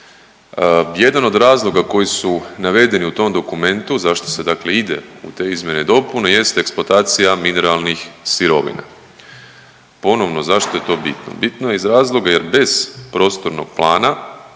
Jedan od razloga koji su navedeni u tom dokumentu zašto se dakle ide u te izmjene i dopune jeste eksploatacija mineralnih sirovina. Ponovno, zašto je to bitno? Bitno je iz razloga jer bez prostornog plana